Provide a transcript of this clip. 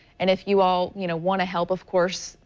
and if you all you know want to help, of course,